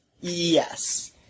Yes